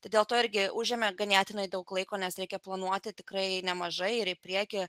dėl to irgi užėmė ganėtinai daug laiko nes reikia planuoti tikrai nemažai ir į priekį